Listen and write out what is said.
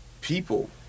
people